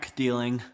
dealing